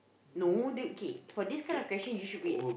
no dude kay for this kind of question you should be